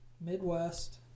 midwest